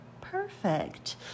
Perfect